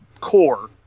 core